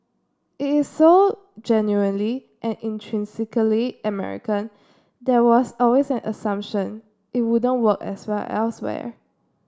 it is so genuinely and intrinsically American there was always an assumption it wouldn't work as well elsewhere